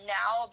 now